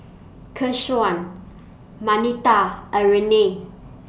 Keshaun Marnita and Rayne